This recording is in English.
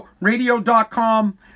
radio.com